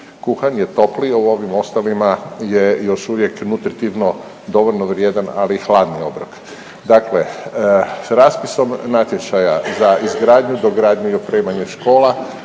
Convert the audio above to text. kuhan, je topli, u ovim ostalima je još uvijek nutritivno dovoljno vrijedan, ali hladni obrok. Dakle s raspisom natječaja za izgradnju, dogradnju i opremanje škola,